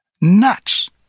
nuts